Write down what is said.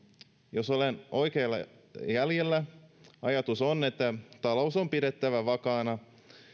jos olen oikeilla jäljillä ajatus on että talous on pidettävä vakaana